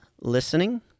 listening